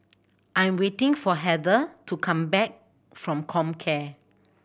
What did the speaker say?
I'm waiting for Heather to come back from Comcare